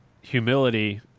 humility